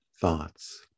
thoughts